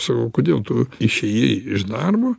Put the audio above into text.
sakau o kodėl tu išėjai iš darbo